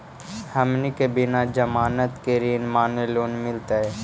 हमनी के बिना जमानत के ऋण माने लोन मिलतई?